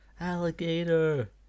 alligator